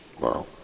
Wow